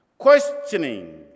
questioning